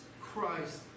Christ